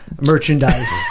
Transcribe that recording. merchandise